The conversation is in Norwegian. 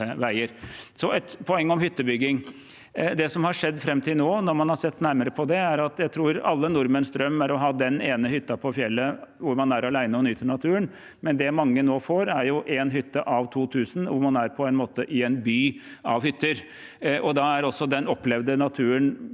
gjelder hyttebygging. Jeg tror det som har skjedd fram til nå, når man har sett nærmere på det, er at alle nordmenns drøm har vært å ha den ene hytta på fjellet hvor man er alene og nyter naturen, men at det mange nå får, er én hytte av 2 000, og man er på en måte i en by av hytter. Da er den opplevde naturen